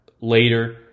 later